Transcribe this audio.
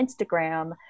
Instagram